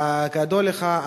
כידוע לך,